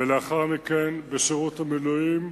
ולאחר מכן בשירות המילואים,